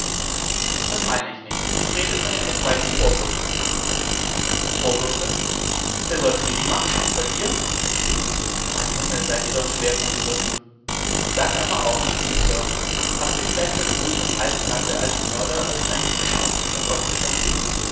das meine ich nicht ich rede von den etwaigen vorwürfen vorwürfe wer sollte mir die machen etwa ihr mein himmel seid ihr doch schwer von begriffen sagt einmal aufrichtig sir habt ihr vielleicht da drüben im alten lande als mörder irgend eines menschen auf dem schafott gestanden